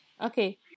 Okay